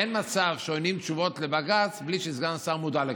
אין מצב שנותנים תשובות לבג"ץ בלי שסגן השר מודע לכך.